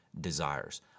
desires